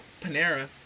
Panera